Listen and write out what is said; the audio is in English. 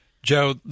Joe